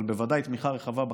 אבל ודאי תמיכה רחבה בכנסת.